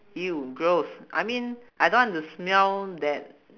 !eww! gross I mean I don't want to smell that